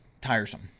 tiresome